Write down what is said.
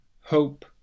hope